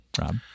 Rob